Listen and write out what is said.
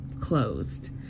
closed